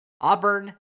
Auburn